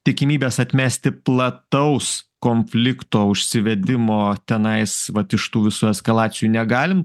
tikimybės atmesti plataus konflikto užsivedimo tenais vat iš tų visų eskalacijų negalim